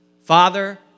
Father